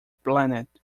planet